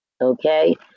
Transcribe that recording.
Okay